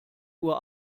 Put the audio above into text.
uhr